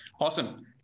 Awesome